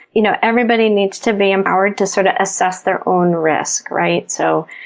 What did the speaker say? you know, everybody needs to be empowered to sort of assess their own risk, right? so,